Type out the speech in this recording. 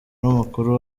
n’umukuru